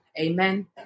Amen